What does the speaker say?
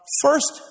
First